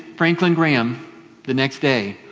franklin graham the next day,